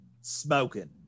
Smoking